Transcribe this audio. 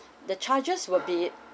the charges will be